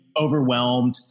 overwhelmed